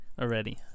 already